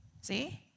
See